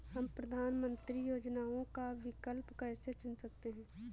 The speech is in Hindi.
हम प्रधानमंत्री योजनाओं का विकल्प कैसे चुन सकते हैं?